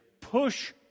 push